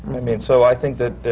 i mean, so i think that,